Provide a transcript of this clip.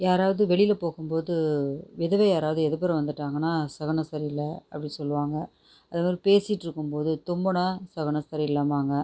யாராவது வெளியில் போகும் போது விதவை யாரவது எதிர்புறம் வந்துட்டாங்கன்னா சகுனம் சரி இல்லை அப்படி சொல்லுவாங்கள் அதுமாதிரி பேசிகிட்டு இருக்கும் போது தும்மினா சகுனம் சரி இல்லைபாங்க